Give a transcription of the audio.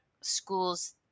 schools